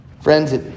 Friends